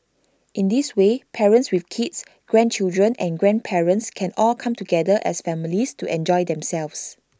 in this way parents with kids grandchildren and grandparents can all come together as families to enjoy themselves